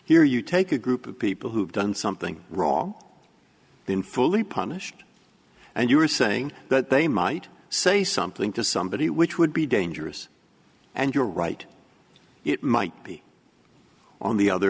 here you take a group of people who have done something wrong then fully punished and you are saying that they might say something to somebody which would be dangerous and you're right it might be on the other